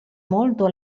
molto